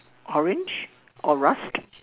orange or rust